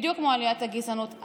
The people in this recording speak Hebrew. בדיוק כמו עליית הגזענות.